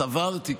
סברתי,